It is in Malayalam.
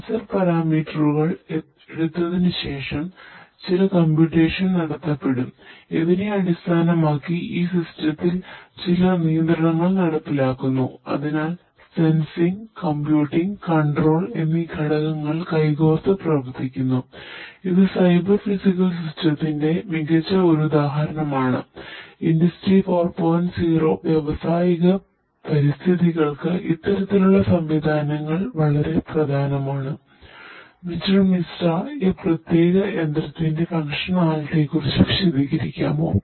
സെൻസർ പാരാമീറ്ററുകൾ യെക്കുറിച്ചു വിശദീകരിക്കാമോ